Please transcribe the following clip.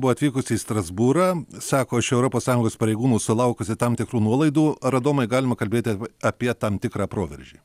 buvo atvykusi į strasbūrą sako šio europos sąjungos pareigūnų sulaukusi tam tikrų nuolaidų ar adomai galima kalbėti apie tam tikrą proveržį